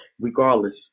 regardless